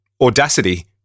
Audacity